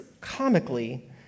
comically